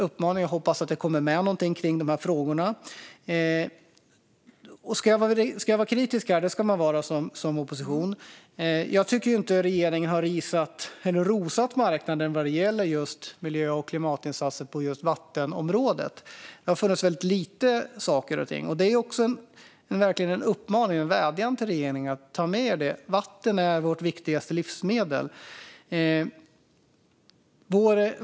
Jag hoppas att det kommer med något om de här frågorna. Som opposition ska man vara kritisk, och jag tycker inte att regeringen har risat eller rosat marknaden vad gäller miljö och klimatinsatser på just vattenområdet. Det har funnits väldigt lite saker och ting. Detta är verkligen en uppmaning och en vädjan till regeringen: Ta med er det - vatten är vårt viktigaste livsmedel!